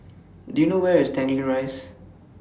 Do YOU know Where IS Tanglin Rise